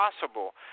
possible